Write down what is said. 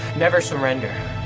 never surrender.